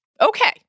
Okay